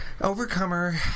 Overcomer